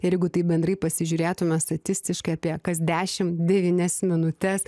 ir jeigu taip bendrai pasižiūrėtume statistiškai apie kas dešimt devynias minutes